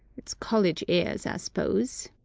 it's college airs, i s'pose.